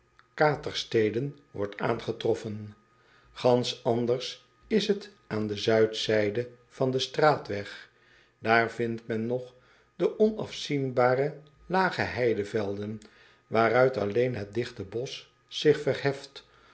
katersteden wordt er aangetroffen ansch anders is het aan de uidzijde van den straatweg aar vindt men nog de onafzienbare lage heidevelden waaruit alleen het digte bosch zich verheft